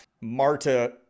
Marta